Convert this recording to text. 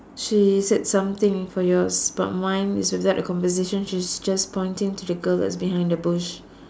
she said something for yours but mine is without the conversation she's just pointing to the girl that's behind the bush